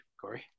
Corey